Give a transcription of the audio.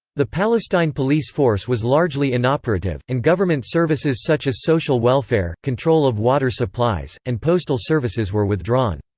the palestine police force was largely inoperative, and government services such as social welfare, control of water supplies, and postal services were withdrawn.